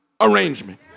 arrangement